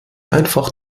einfach